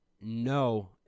No